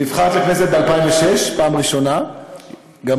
נבחרת לכנסת ב-2006, פעם ראשונה, נכון.